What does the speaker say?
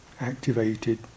activated